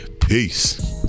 peace